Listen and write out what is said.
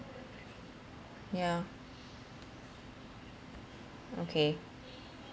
yeah okay